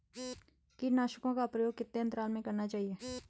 कीटनाशकों का प्रयोग कितने अंतराल में करना चाहिए?